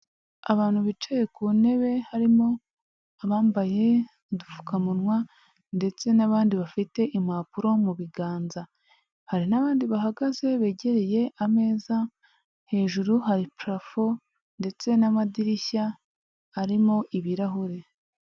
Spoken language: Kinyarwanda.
Abantu bicaye ku ntebe, harimo abambaye udupfukamunwa ndetse n'abandi bafite impapuro mu biganza, hari n'abandi bahagaze begereye ameza, hejuru hari parafo ndetse n'amadirishya arimo ibirahure.